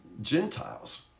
Gentiles